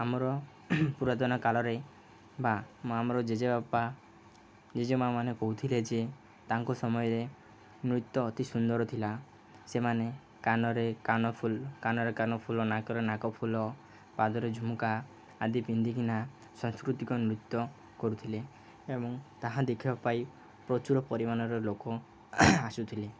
ଆମର ପୁରାତନ କାଳରେ ବା ଆମର ଜେଜେବାପା ଜେଜେ ମାଆମାନେ କହୁଥିଲେ ଯେ ତାଙ୍କ ସମୟରେ ନୃତ୍ୟ ଅତି ସୁନ୍ଦର ଥିଲା ସେମାନେ କାନରେ କାନଫୁଲ୍ କାନରେ କାନଫୁଲ ନାକରେ ନାକ ଫୁଲ ପାଦରେ ଝୁମୁକା ଆଦି ପିନ୍ଧିକିନା ସଂସ୍କୃତିକ ନୃତ୍ୟ କରୁଥିଲେ ଏବଂ ତାହା ଦେଖିବା ପାଇଁ ପ୍ରଚୁର ପରିମାଣର ଲୋକ ଆସୁଥିଲେ